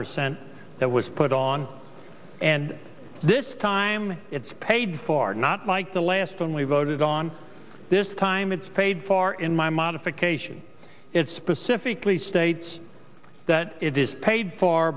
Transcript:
percent that was put on and this time it's paid for not like the last only voted on this time it's paid for in my modification it specifically states that it is paid for